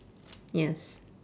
yes